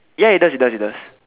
ya it does it does